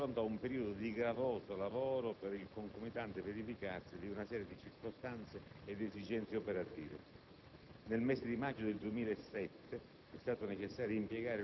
ha dovuto far fronte ad un periodo di gravoso lavoro per il concomitante verificarsi di una serie di circostanze ed esigenze operative. Infatti, nel mese di maggio 2007